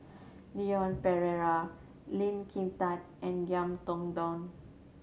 Leon Perera Lee Kin Tat and Ngiam Tong Dow